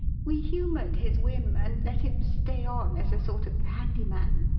we humoured his whim and let him stay on as a sort of handy man.